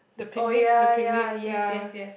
oh ya ya yes yes yes yes